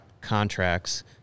contracts